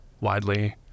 widely